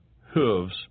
hooves